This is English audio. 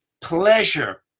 pleasure